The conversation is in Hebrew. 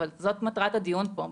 אבל זאת מטרת הדיון פה,